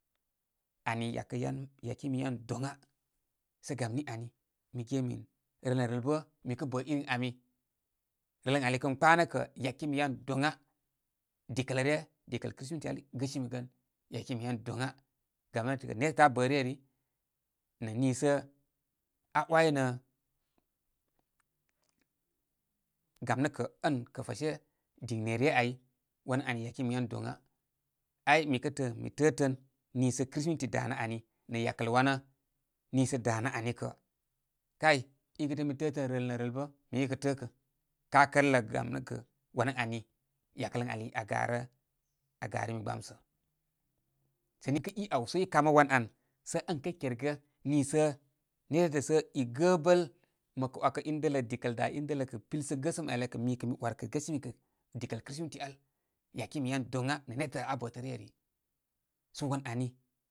Muni yakə yan yakimi yan doŋa. Sə gam ni ani mi ge min rəl nə rəl bə mi kə bə irim ami. Rəl ən ali kən kpanə nə kə yaki mi yan doŋa. Dikələ ryə, dikəl kristimitial gəsimi gən, yakimi yan doŋa. Gam nétə, nétətə aa bə ryə rə, nə nisə aa waynə gam nə kə ən kə fəshe aiŋne ryə ay wan ani yakimi yan dona. Ai mi təə min mi təə tən niisə kristimiti danə ani nə yakəl wanə niisə danə ani kə, kay ikə ən mi təə tən rəl nə rəl bə mi kə təəkə, ká kələ gam nə kə wanən ani, yakəl ən ali aa garə, aa garimi gbamsə. Sə niŋkə i awsə i kamə wan an ən kə kergə niisə nétətə sə i gəbəl məkə wakə in dələ dikəl da in dələ kə pil sə gəsəm al ya kə pil sə gəsəm al yakə mikə mi war kə gəsimi kə dikəl kristimiti al. Yakimi yan doŋa nə nétə aa bətə ryə ari. So wan ani.